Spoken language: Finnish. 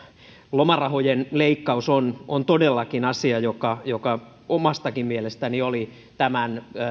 lomarahojen leikkaus on on todellakin asia joka joka omastakin mielestäni oli